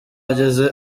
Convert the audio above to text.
ageze